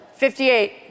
58